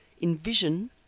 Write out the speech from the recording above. envision